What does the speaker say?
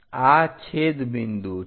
આ છેદબિંદુ છે